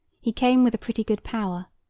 he came with a pretty good power,